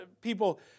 people